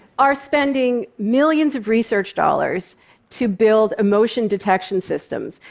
are spending millions of research dollars to build emotion-detection systems,